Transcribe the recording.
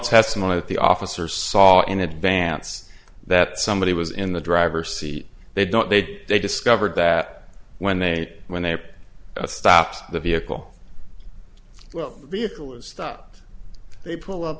testimony that the officer saw in advance that somebody was in the driver's seat they don't they they discovered that when they when they stopped the vehicle well vehicle stop they pull